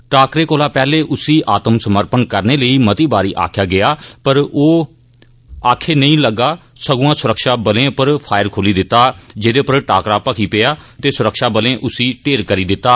टाकरे कोला पैहले उसी आत्मसमपर्ण करने लेई मती बारी आक्खेआ गेआ पर ओ आक्खे नेई लग्गा सगुआं सुरक्षा बलें पर फैर खोली दित्ता जेहदे पर टाकरा भखी पेआ ते सुरक्षा बलें उसी ढेर करी दित्ता